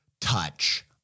touch